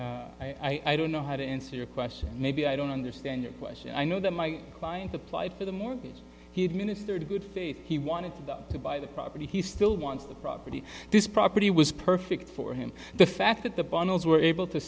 faith i don't know how to answer your question maybe i don't understand your question i know that my client applied for the mortgage he administered a good faith he wanted to buy the property he still wants the property this property was perfect for him the fact that the bundles were able to